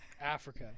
Africa